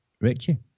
Richie